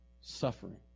suffering